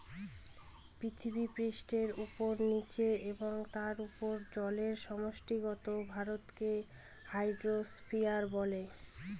পৃথিবীপৃষ্ঠের উপরে, নীচে এবং তার উপরে জলের সমষ্টিগত ভরকে হাইড্রোস্ফিয়ার বলে